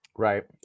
Right